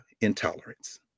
intolerance